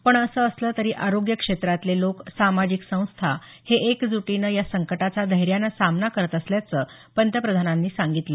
पण असं असलं तरी आरोग्य क्षेत्रातले लोक सामाजिक संस्था हे एकज्टीनं या संकटाचा धैर्यानं सामना करत असल्याचं त्यांनी सांगितलं